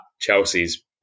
Chelsea's